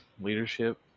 leadership